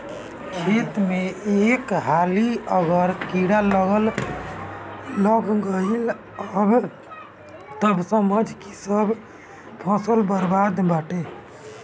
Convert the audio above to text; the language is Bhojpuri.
खेत में एक हाली अगर कीड़ा लाग गईल तअ समझअ की सब फसल बरबादे बाटे